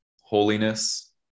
holiness